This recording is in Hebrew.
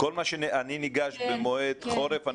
כל מה שאני ניגש במועד חורף,